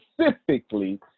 specifically